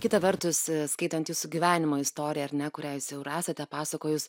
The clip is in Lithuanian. kita vertus skaitant jūsų gyvenimo istoriją ar ne kurią jūs jau ir esate pasakojus